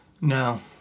No